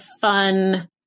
fun